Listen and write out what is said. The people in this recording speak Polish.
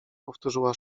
powtórzyła